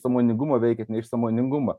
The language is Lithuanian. sąmoningumo veikiat sąmoningumo